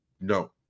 no